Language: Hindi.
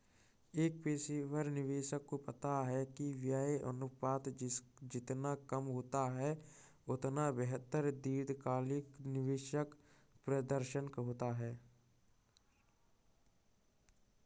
एक पेशेवर निवेशक को पता है कि व्यय अनुपात जितना कम होगा, उतना बेहतर दीर्घकालिक निवेश प्रदर्शन होगा